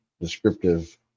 descriptive